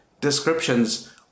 descriptions